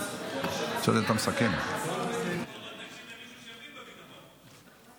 לפחות תקשיב למישהו שמבין בביטחון.